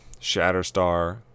Shatterstar